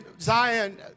Zion